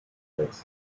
press